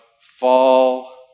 fall